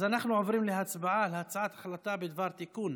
אז אנחנו עוברים להצבעה על הצעת החלטה בדבר תיקון